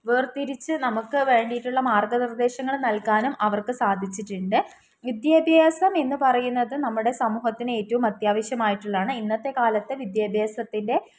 വേർതിരിച്ച് നമുക്ക് വേണ്ടിയിട്ടുള്ള മാർഗ്ഗനിർദ്ദേശങ്ങൾ നൽകാനും അവർക്ക് സാധിച്ചിട്ടുണ്ട് വിദ്യാഭ്യാസം എന്നു പറയുന്നത് നമ്മുടെ സമൂഹത്തിന് ഏറ്റവും അത്യാവശ്യമായിട്ടുള്ളതാണ് ഇന്നത്തെക്കാലത്ത് വിദ്യാഭ്യാസത്തിൻ്റെ